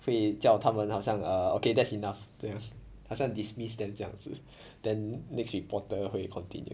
会叫他们好像 err okay that's enough to have 好像 dismiss them 这样 then next reporter 会 continue